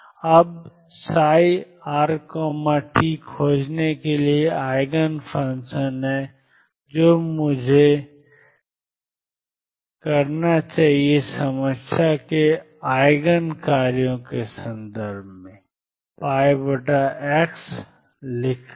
अब ψrt खोजने के लिए Eigen फ़ंक्शन है जो मुझे करना चाहिए समस्या के Eigen कार्यों के संदर्भ में πxL लिखना है